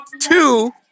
Two